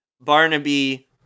Barnaby